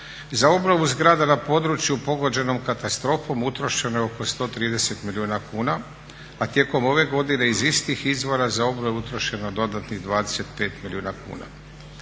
za obnovu zgrada na području pogođenom katastrofom utrošeno je oko 130 milijuna kuna a tijekom ove godine iz istih izvora za obnovu utrošeno je dodatnih 25 milijuna kuna.